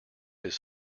his